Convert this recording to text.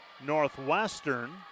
Northwestern